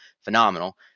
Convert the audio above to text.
phenomenal